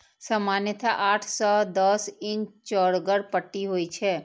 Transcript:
सामान्यतः आठ सं दस इंच चौड़गर पट्टी होइ छै